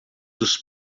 dos